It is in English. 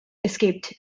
escaped